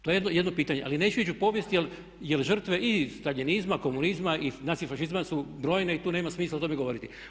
To je jedno pitanje, ali neću ići u povijest jer žrtve i Staljinizma, komunizma i nacifašizma su brojne i tu nema smisla o tome govoriti.